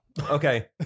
okay